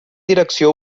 direcció